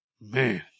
Man